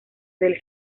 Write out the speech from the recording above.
del